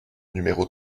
numéro